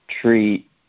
treat